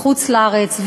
בחוץ-לארץ,